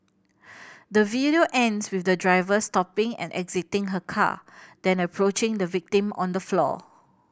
the video ends with the driver stopping and exiting her car then approaching the victim on the floor